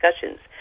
discussions